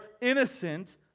innocent